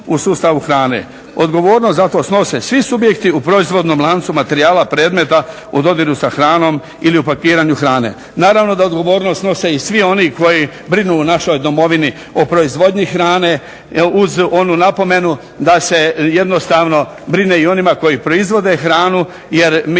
u sustavu hrane.